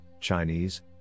Chinese